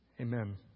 Amen